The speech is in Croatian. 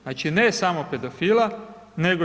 Znači ne samo pedofila nego i